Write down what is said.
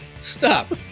Stop